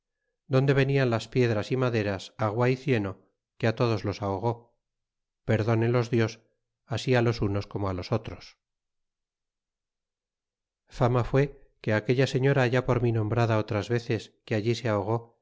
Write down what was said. donde venial las piedras y maderas agua y cieno que todos los ahogó perdónelos dios así los unos corno los otros fama fué que á aquella señora ya por mi nombrada otras veces que allí se ahogó